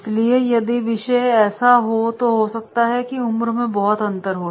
इसलिए यदि विषय ऐसा हो तो हो सकता है कि उम्र में बहुत अंतर है